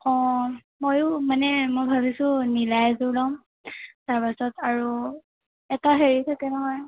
অঁ ময়ো মানে মই ভাবিছোঁ নীলা এযোৰ ল'ম তাৰপাছত আৰু এটা হেৰি থাকে নহয়